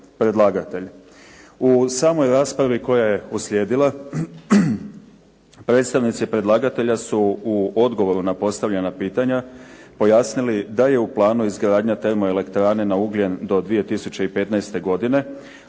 U samoj raspravi koja je uslijedila predstavnici predlagatelja su u odgovoru na postavljena pitanja pojasnili da je u planu izgradnja termoelektrane na ugljen do 2015. godine